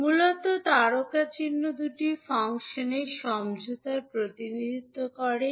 মূলত তারকাচিহ্ন দুটি ফাংশনের সমঝোতার প্রতিনিধিত্ব করবে